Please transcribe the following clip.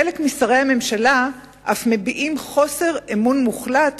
חלק משרי הממשלה אף מביעים חוסר אמון מוחלט